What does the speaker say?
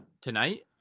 tonight